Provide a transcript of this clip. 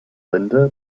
linda